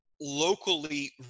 locally